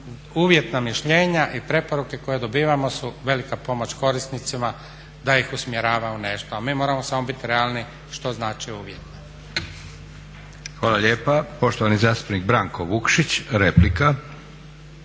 uvjetna mišljenja i preporuke koje dobivamo su velika pomoć korisnicima da ih usmjerava u nešto. A mi moramo samo biti realni što znači uvjetno.